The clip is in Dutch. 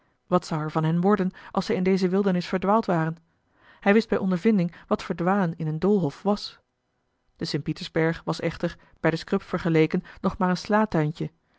wat zou er van hen worden als zij in deze wildernis verdwaald waren hij wist bij ondervinding wat verdwalen in een doolhof was de st pietersberg was echter bij den scrub vergeleken nog maar een